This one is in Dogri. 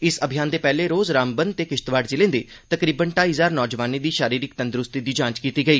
इस अभियान दे पैहले रोज रामबन ते किश्तवाड़ ज़िले दे तकरीबन ढाई हजार नौजवानें दी शारीरिक तंदरूस्ती दी जांच कीती गेई